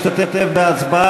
אינה נוכחת ענת ברקו,